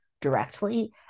directly